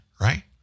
right